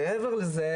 מעבר לכך,